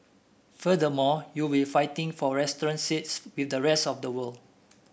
furthermore you will fighting for restaurant seats with the rest of the world